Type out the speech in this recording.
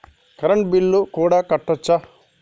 Current bill కూడా కట్టొచ్చా?